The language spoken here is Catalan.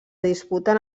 disputen